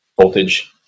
voltage